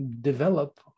develop